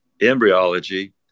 embryology